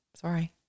sorry